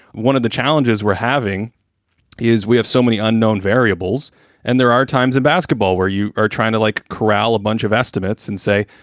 one of the challenges we're having is we have so many unknown variables and there are times in basketball where you are trying to, like, corral a bunch of estimates and say,